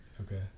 Okay